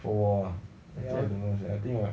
for 我 ah I think ah